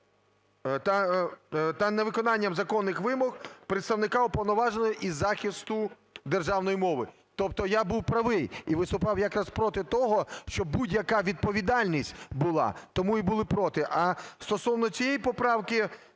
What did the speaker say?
та невиконанням законних вимог представника Уповноваженого із захисту державної мови". Тобто я був правий і виступав якраз проти того, щоб будь-яка відповідальність була, тому і були проти. А стосовно цієї поправки,